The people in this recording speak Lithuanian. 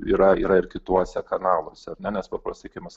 yra yra ir kituose kanaluose ar ne nes paprastai kai mes